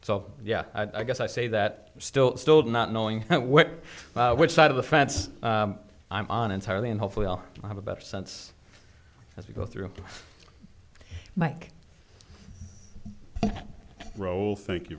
so yeah i guess i say that still still not knowing what which side of the fence i'm on entirely and hopefully i'll have a better sense as we go through mike roll thank you